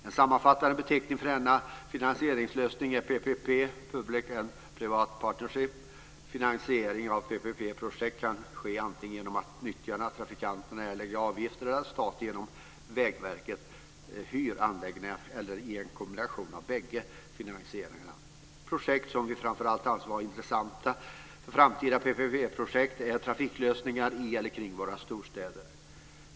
En sammanfattande beteckning för denna finansieringslösning är PPP, public-private partnership. Finansiering av PPP-projekt kan ske antingen genom att nyttjarna - trafikanterna - erlägger avgifter eller att staten genom Vägverket hyr anläggningarna eller en kombination av bägge finansieringarna. Projekt som vi framför allt anser vara intressanta för framtida PPP-projekt är trafiklösningar i eller kring våra storstäder.